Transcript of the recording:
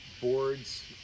boards